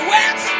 Wet